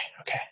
okay